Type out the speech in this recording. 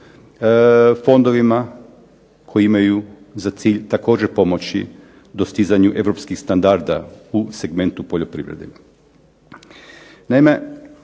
fondovima koji imaju za cilj također pomoći dostizanju europskih standarda u segmentu poljoprivrede. Naime,